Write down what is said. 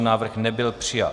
Návrh nebyl přijat.